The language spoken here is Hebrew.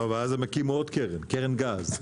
ואז יקימו גם קרן גז.